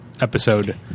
episode